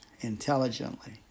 Intelligently